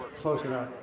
close enough.